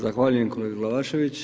Zahvaljujem kolega Glavašević.